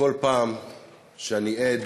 בכל פעם שאני עד